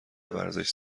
ورزش